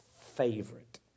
favorite